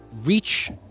reach